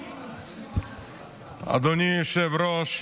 אדוני היושב-ראש,